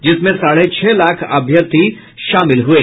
जिसमें साढ़े छह लाख अभ्यर्थी शामिल हुये